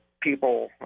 people